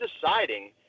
deciding